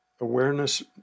Awareness